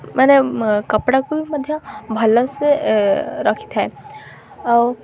ମାନେ କପଡ଼ାକୁ ମଧ୍ୟ ଭଲସେ ରଖିଥାଏ ଆଉ